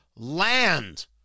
Land